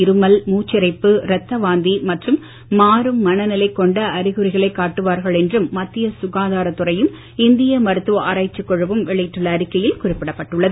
இருமல் மூச்சிரைப்பு இரத்த வாந்தி மற்றும் மாறும் மனநிலை கொண்ட அறிகுறிகளை காட்டுவார்கள் என்றும் மத்திய சுகாதாரத் துறையும் இந்திய மருத்துவ ஆராய்ச்சிக் குழுவும் வெளியிட்டுள்ள அறிக்கையில் குறிப்பிடப்பட்டுள்ளது